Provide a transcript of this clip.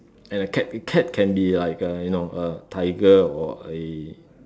and a cat cat can be like a you know a tiger or a